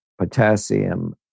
potassium